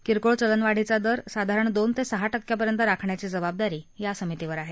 किरकोळ चलनवाढीचा दर साधारण दोन ते सहा टक्क्यापर्यंत राखण्याची जबाबदारी या समितीवर आहे